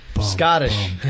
Scottish